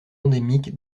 endémique